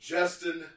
Justin